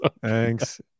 thanks